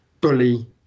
bully